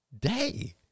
day